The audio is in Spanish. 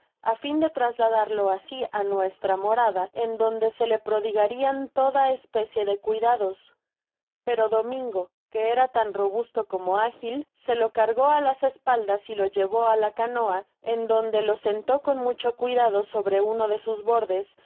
á fin de trasladarlo asi á nuestra morada en donde se le prodigarian toda especie de cuidados pero domingo que era tan robusto como ágil se lo cargó á las espaldas y lo llevó á la canoa en donde lo sentó con mucho cuidado sobre uno de sus bordes con